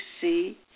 see